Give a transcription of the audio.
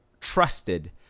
trusted